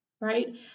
right